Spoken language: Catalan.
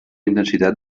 intensitat